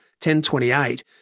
10.28